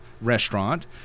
restaurant